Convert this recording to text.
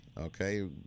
okay